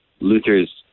Luther's